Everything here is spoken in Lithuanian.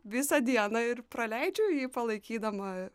visą dieną ir praleidžiu jį palaikydama